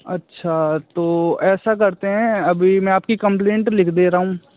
अच्छा तो ऐसा करते हैं अभी में आपकी कंप्लेंट लिख दे रहा हूँ